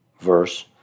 verse